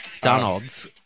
donald's